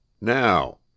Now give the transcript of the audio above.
Now